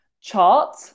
chart